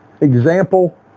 example